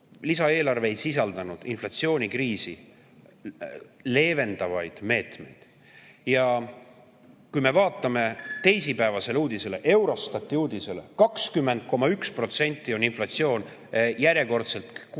lisaeelarve ei sisaldanud inflatsioonikriisi leevendavaid meetmeid. Vaatame teisipäevast uudist, Eurostati uudist, et 20,1% on inflatsioon järjekordselt kuuajase